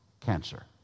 cancer